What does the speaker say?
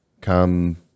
Come